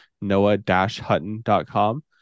noah-hutton.com